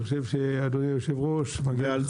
אני חושב שאדוני יושב הראש, מגיע לך.